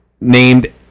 named